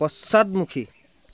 পশ্চাদমুখী